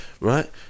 Right